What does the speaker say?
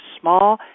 small